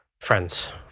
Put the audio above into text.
friends